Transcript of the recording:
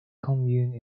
commune